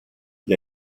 gli